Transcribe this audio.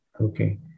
okay